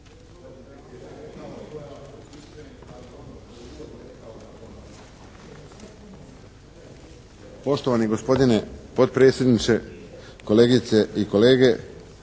Poštovani gospodine potpredsjedniče, kolegice i kolege!